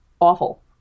awful